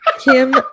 Kim